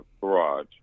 garage